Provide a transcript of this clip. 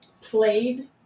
played